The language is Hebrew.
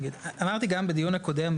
אמרתי גם בדיון הקודם.